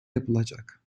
yapılacak